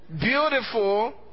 beautiful